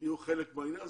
תהיה חלק מהעניין.